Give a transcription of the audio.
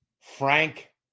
Frank